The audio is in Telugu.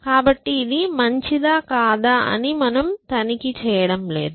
కాబట్టి ఇది మంచిదా కాదా అని మేము తనిఖీ చేయడం లేదు